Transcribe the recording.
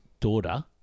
Daughter